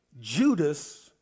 Judas